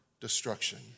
destruction